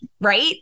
right